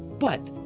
but,